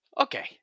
Okay